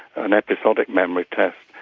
an episodic memory test,